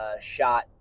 shot